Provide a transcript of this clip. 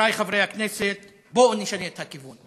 חברי חברי הכנסת, בואו נשנה את הכיוון,